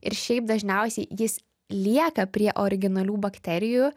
ir šiaip dažniausiai jis lieka prie originalių bakterijų